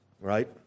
Right